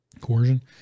coercion